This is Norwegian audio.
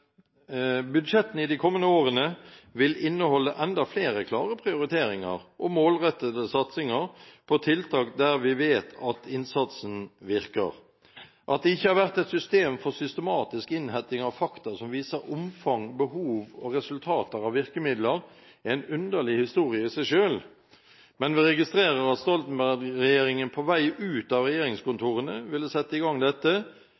Budsjettene i de kommende årene vil inneholde enda flere klare prioriteringer og målrettede satsinger på tiltak der vi vet at innsatsen virker. At det ikke har vært et system for systematisk innhenting av fakta som viser omfang, behov og resultater av virkemidler, er en underlig historie i seg selv. Vi registrerer at Stoltenberg-regjeringen på vei ut av regjeringskontorene ville sette i gang dette,